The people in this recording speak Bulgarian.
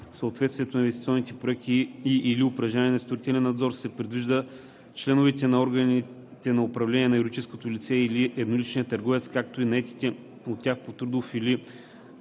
съответствието на инвестиционните проекти и/или упражняване на строителен надзор се предвижда членовете на органите на управление на юридическото лице или едноличният търговец, както и наетите от тях по трудов или